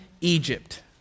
Egypt